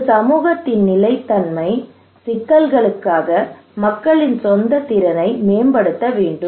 ஒரு சமூகத்தின் நிலைத்தன்மை சிக்கல்களுக்காக மக்களின் சொந்த திறனை மேம்படுத்த வேண்டும்